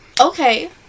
okay